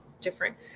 different